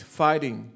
fighting